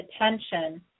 attention